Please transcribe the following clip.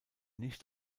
nicht